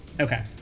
Okay